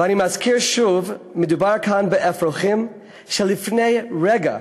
ואני מזכיר שוב: מדובר כאן באפרוחים שלפני רגע